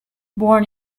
born